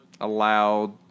allowed